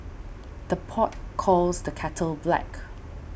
the pot calls the kettle black